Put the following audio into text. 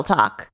Talk